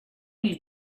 you